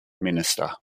minister